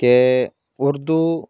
کہ اردو